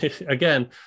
again